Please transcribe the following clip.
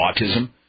autism